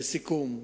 לסיכום,